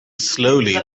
slowly